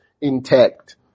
intact